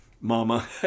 mama